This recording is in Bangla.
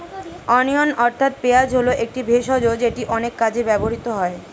অনিয়ন অর্থাৎ পেঁয়াজ হল একটি ভেষজ যেটি অনেক কাজে ব্যবহৃত হয়